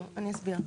אני אסביר.